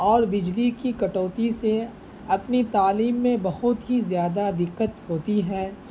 اور بجلی کی کٹوتی سے اپنی تعلیم میں بہت ہی زیادہ دقت ہوتی ہے